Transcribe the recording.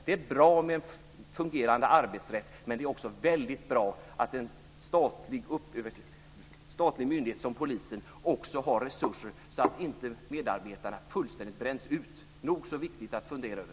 Det är bra med en fungerande arbetsrätt, men det är också väldigt bra att en statlig myndighet som Polisen har resurser så att inte medarbetarna fullständigt bränns ut. Det är nog så viktigt att fundera över.